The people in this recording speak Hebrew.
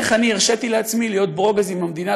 איך אני הרשיתי לעצמי להיות ברוגז עם המדינה,